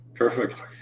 Perfect